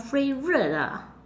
favourite ah